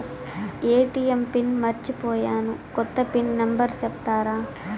ATM pin మర్చిపోయాను పోయాను, కొత్త పిన్ నెంబర్ సెప్తారా?